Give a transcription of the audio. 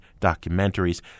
documentaries